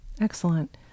Excellent